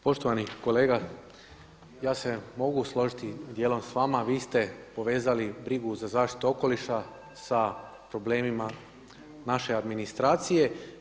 Poštovani kolega, ja se mogu složiti dijelom s vama, vi ste povezali brigu za zaštitu okoliša sa problemima naše administracije.